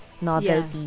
novelty